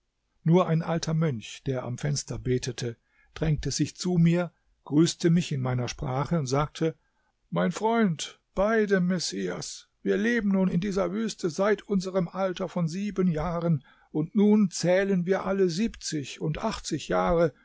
nur ein alter mönch er am fenster betete drängte sich zu mir grüßte mich in meiner sprache und sagte mein freund bei dem messias wir leben nun in dieser wüste seit unserem alter von sieben jahren und nun zählen wir alle siebzig und achtzig jahre